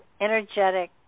energetic